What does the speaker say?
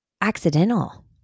accidental